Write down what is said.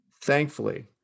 thankfully